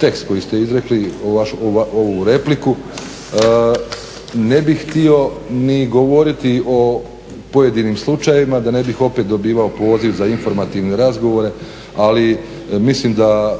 tekst koji ste izrekli i ovu repliku. Ne bih htio govoriti o pojedinim slučajevima da ne bi opet dobivao poziv za informativne razgovore, ali mislim da